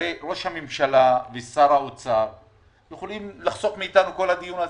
הרי ראש הממשלה ושר האוצר יכולים היו לחסוך מאיתנו את כל הדיון הזה,